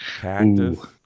cactus